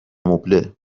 مبله